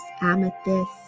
amethyst